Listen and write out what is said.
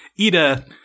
Ida